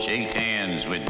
shake hands with